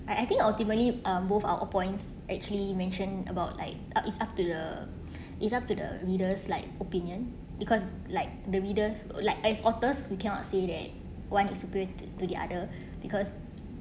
I I think ultimately um both our appoints actually mentioned about like uh it's up to the it's up to the leaders like opinion because like the readers like as authors we cannot say that one is superior to to the other because